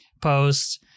posts